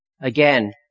Again